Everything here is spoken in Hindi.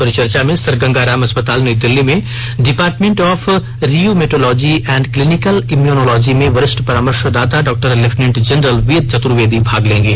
परिचर्चा में सर गंगा राम अस्पताल नई दिल्ली में department of rheumatology and clinical immunology में वरिष्ठ परामर्शदाता doctor lieutenant general Ved Chaturvedi भाग लेंगे